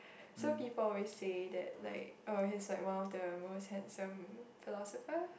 so people always say that like eh he's like one of the most handsome philosopher